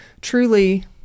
truly